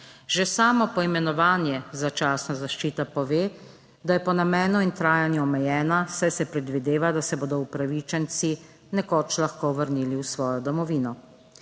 Že samo poimenovanje začasna zaščita pove, da je po namenu in trajanju omejena, saj se predvideva, da se bodo upravičenci nekoč lahko vrnili v svojo domovino.